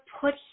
put